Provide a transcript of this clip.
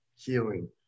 healing